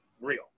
real